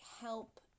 help